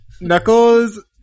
Knuckles